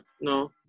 no